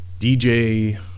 DJ